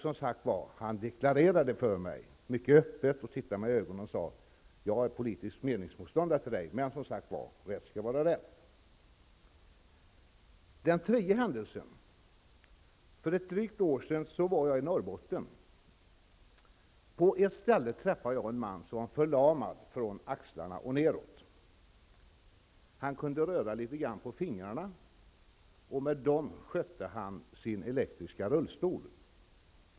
Som sagt var deklarerade han mycket öppet för mig, tittade mig i ögonen och sade: ''Jag är politisk meningsmotståndare till dig, men rätt skall vara rätt.'' Den tredje händelsen inträffade för ett drygt år sedan då jag var i Norrbotten. På ett ställe träffade jag en man som var förlamad från axlarna och nedåt. Han kunde röra litet grand på fingrarna. Med dem skötte han sin elektriska rullstol.